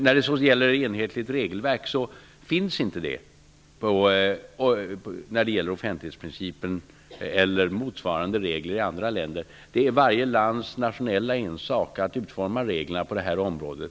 Något enhetligt regelverk eller motsvarande regler om offentlighetsprincipen finns inte i andra länder. Det är varje lands nationella ensak att utforma reglerna på det här området.